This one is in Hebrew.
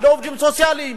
לעובדים סוציאליים,